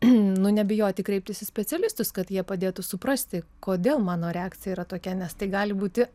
nu nebijoti kreiptis į specialistus kad jie padėtų suprasti kodėl mano reakcija yra tokia nes tai gali būti